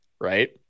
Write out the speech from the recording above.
right